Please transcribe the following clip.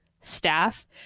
staff